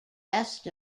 best